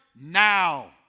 now